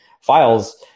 files